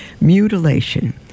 mutilation